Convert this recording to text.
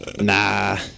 Nah